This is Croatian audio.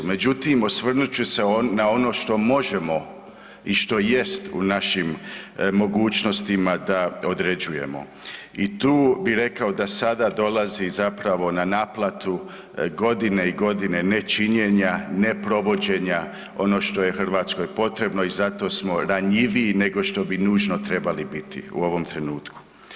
Međutim, osvrnut ću se na ono što možemo i što jest u našim mogućnostima da određujemo i tu bih rekao da sada dolazi na naplatu godine i godine nečinjenja, neprovođenja, ono što je Hrvatskoj potrebno i zato smo ranjiviji nego što bi nužno trebali biti u ovom trenutku.